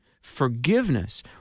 forgiveness